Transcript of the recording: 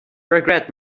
regret